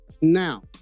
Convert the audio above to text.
Now